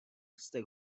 vztek